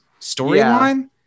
storyline